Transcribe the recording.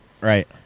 Right